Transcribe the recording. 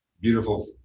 beautiful